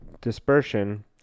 dispersion